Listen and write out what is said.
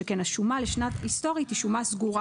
שכן השומה לשנה היסטורית היא שומה סגורה".